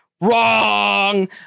wrong